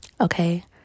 Okay